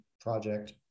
project